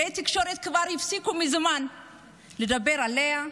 כלי התקשורת כבר הפסיקו מזמן לדבר עליה.